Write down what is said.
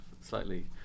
slightly